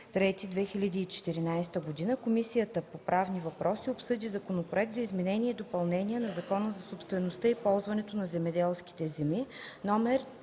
2014 г., Комисията по правни въпроси обсъди Законопроект за изменение и допълнение на Закона за собствеността и ползуването на земеделски земи, №